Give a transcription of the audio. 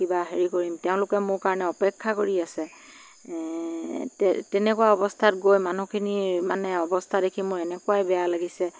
কিবা হেৰি কৰিম তেওঁলোকে মোৰ কাৰণে অপেক্ষা কৰি আছে তেনেকুৱা অৱস্থাত গৈ মানুহখিনি মানে অৱস্থা দেখি মোৰ এনেকুৱাই বেয়া লাগিছে